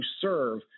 serve